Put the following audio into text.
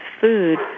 food